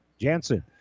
Jansen